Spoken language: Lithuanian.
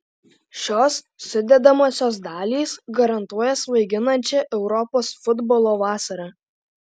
šios sudedamosios dalys garantuoja svaiginančią europos futbolo vasarą